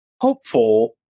hopeful